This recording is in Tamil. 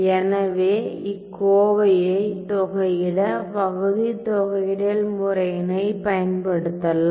எனவே இக்கோவையை தொகையிட பகுதி தொகையிடல் முறையினை பயன்படுத்தலாம்